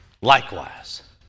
likewise